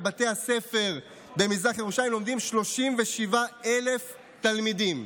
בבתי הספר במזרח ירושלים לומדים 37,000 תלמידים.